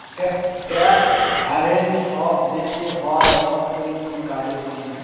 tax haven সব দেশে হয় অর্থনীতির কাজের জন্য